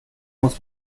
muss